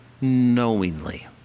knowingly